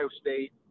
State